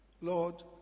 Lord